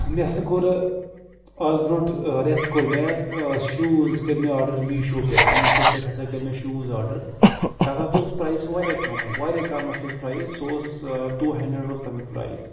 مےٚ ہَسا کوٚر اَز برونٛٹھ رٮ۪تھ کوٚر مےٚ شوٗز کٔرۍ مےٚ آڈَر میٖشوٗ پٮ۪ٹھ میٖشوٗ پٮ۪ٹھ ہَسا کٔرۍ مےٚ شوٗز آڈَر تَتھ ہَسا اوس پرٛایِس واریاہ کَم واریاہ کَم اوسُس پرٛایِس سُہ اوس ٹوٗ ہٮ۪نٛڈرَٮ۪نٛڈ اوس تَمیُک پرٛایِس